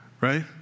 right